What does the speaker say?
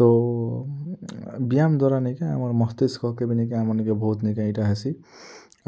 ତ ବ୍ୟାୟାମ୍ ଦ୍ୱାରା ନିକେ ଆମର୍ ମସ୍ତିଷ୍କକେ ବି ନିକେ ଆମର୍ ନିକେ ବହୁତ୍ ନିକେ ଇଟା ହେସି